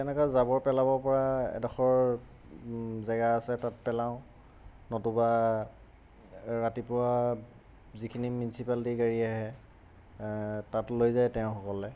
তেনেকুৱা জাবৰ পেলাব পৰা এডোখৰ জেগা আছে তাত পেলাওঁ নতুবা ৰাতিপুৱা যিখিনি মিউনচিপালিটি গাড়ী আহে তাত লৈ যায় তেওঁসকলে